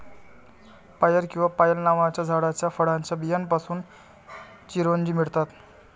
पायर किंवा पायल नावाच्या झाडाच्या फळाच्या बियांपासून चिरोंजी मिळतात